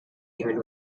even